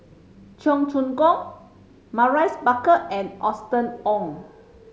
Cheong Choong Kong Maurice Baker and Austen Ong